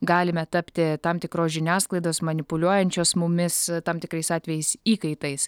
galime tapti tam tikros žiniasklaidos manipuliuojančios mumis tam tikrais atvejais įkaitais